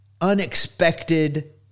unexpected